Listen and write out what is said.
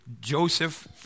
Joseph